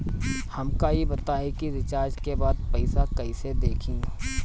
हमका ई बताई कि रिचार्ज के बाद पइसा कईसे देखी?